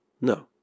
No